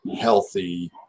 healthy